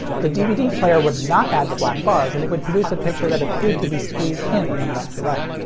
the dvd player would not add the black bars, and it would produce a picture that appeared to be squeezed in from left to right.